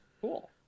Cool